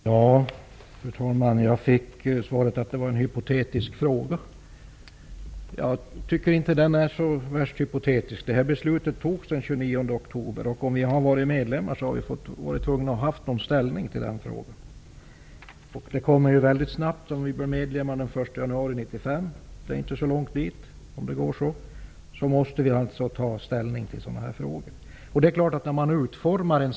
Fru talman! Jag fick svaret att min fråga var hypotetisk. Jag tycker inte att den är särskilt hypotetisk. Det beslut som jag nämnde fattades den 29 oktober. Om vi hade varit medlemmar hade vi varit tvungna att ta ställning till frågan. Om vi blir medlemmar den 1 januari 1995 -- det är inte så långt dit -- blir det mycket snabbt aktuellt att vi måste ta ställning till den här typen av frågor.